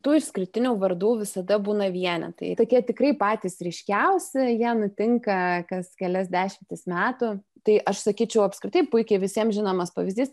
tų išskirtinių vardų visada būna vienetai tokie tikrai patys ryškiausi jie nutinka kas kelias dešimtis metų tai aš sakyčiau apskritai puikiai visiems žinomas pavyzdys